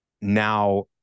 Now